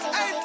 Hey